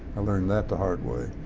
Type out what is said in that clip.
i learned that the hard way.